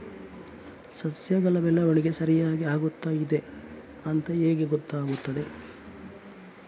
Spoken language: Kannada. ಸಸ್ಯಗಳ ಬೆಳವಣಿಗೆ ಸರಿಯಾಗಿ ಆಗುತ್ತಾ ಇದೆ ಅಂತ ಹೇಗೆ ಗೊತ್ತಾಗುತ್ತದೆ?